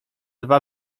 dwa